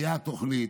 הייתה תוכנית,